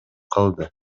калды